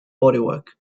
bodywork